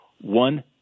one